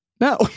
no